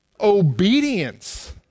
obedience